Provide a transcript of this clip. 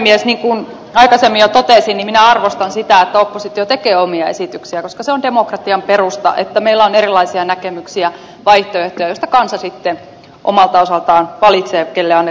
niin kuin aikaisemmin jo totesin minä arvostan sitä että oppositio tekee omia esityksiä koska se on demokratian perusta että meillä on erilaisia näkemyksiä vaihtoehtoja joista kansa sitten omalta osaltaan valitsee kenelle antaa tukensa